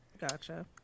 Gotcha